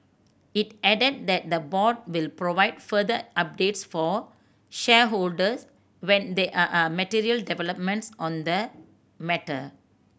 it added that the board will provide further updates for shareholders when there are material developments on the matter